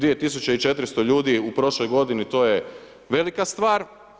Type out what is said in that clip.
2400 ljudi u prošloj godini, to je velika stvar.